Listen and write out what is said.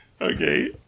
Okay